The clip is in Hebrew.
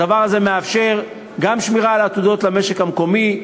הדבר הזה מאפשר גם שמירה על עתודות למשק המקומי,